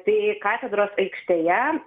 tai katedros aikštėje